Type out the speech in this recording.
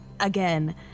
Again